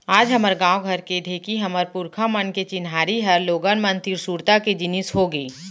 आज हमर गॉंव घर के ढेंकी हमर पुरखा मन के चिन्हारी हर लोगन मन तीर सुरता के जिनिस होगे